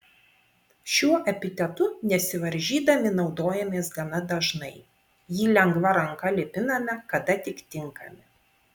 šiuo epitetu nesivaržydami naudojamės gana dažnai jį lengva ranka lipiname kada tik tinkami